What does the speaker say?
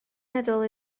meddwl